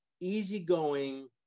easygoing